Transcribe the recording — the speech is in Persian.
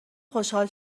خوشحال